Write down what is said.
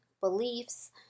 beliefs